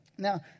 Now